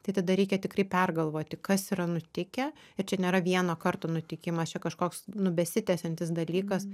tai tada reikia tikrai pergalvoti kas yra nutikę ir čia nėra vieno karto nutikimas čia kažkoks nu besitęsiantis dalykas